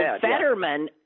Fetterman